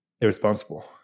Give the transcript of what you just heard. irresponsible